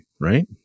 right